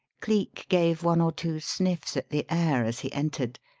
cleek gave one or two sniffs at the air as he entered,